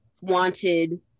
wanted